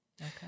Okay